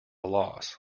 loss